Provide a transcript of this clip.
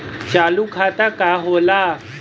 चालू खाता का होला?